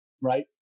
right